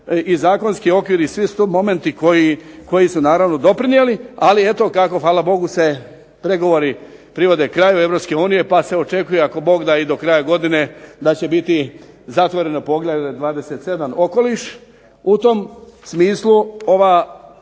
i zakonski okvir i svi su tu momenti koji su naravno doprinijeli, ali eto kako hvala Bogu se pregovori privode kraju Europske unije, pa se očekuje ako Bog da i do kraja godine da će biti zatvoreno poglavlje 27. okoliš. U tom smislu ova